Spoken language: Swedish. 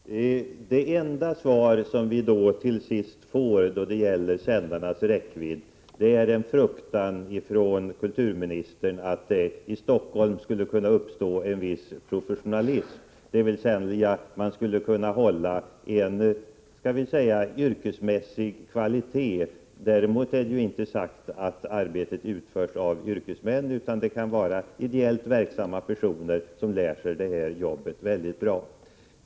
Fru talman! Den enda svar som vi till sist får då det gäller sändarnas räckvidd är att kulturministern fruktar att det i Stockholm skulle kunna uppstå en viss professionalism, dvs. att man skulle kunna hålla en låt mig säga yrkesmässig kvalitet. Därmed är det inte sagt att arbetet utförs av yrkesmän, utan det kan vara fråga om ideellt verksamma personer som lär sig detta arbete mycket bra.